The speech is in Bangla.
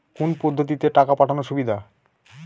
কোন পদ্ধতিতে টাকা পাঠানো সুবিধা?